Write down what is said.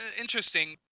interesting